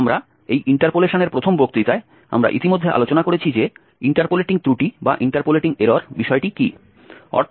এবং আমরা এই ইন্টারপোলেশনের প্রথম বক্তৃতায় আমরা ইতিমধ্যে আলোচনা করেছি যে ইন্টারপোলেটিং ত্রুটি বিষয়টি কী